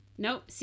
Nope